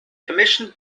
commissioned